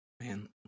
Man